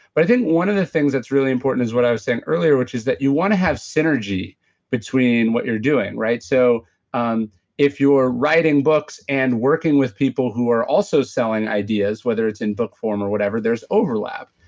but i think one of the things that's really important is what i was saying earlier, which is that you want to have synergy between what you're doing. so um if you're writing books and working with people who are also selling ideas whether it's in book form or whatever, there's overlap.